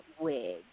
Wig